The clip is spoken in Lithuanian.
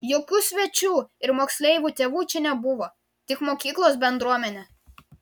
jokių svečių ir moksleivių tėvų čia nebuvo tik mokyklos bendruomenė